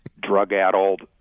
drug-addled